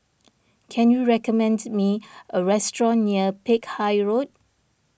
can you recommend me a restaurant near Peck Hay Road